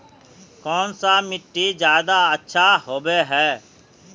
कौन सा मिट्टी ज्यादा अच्छा होबे है?